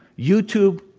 youtube,